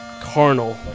carnal